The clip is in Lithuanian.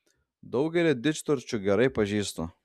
daugelį didžturčių gerai pažįstu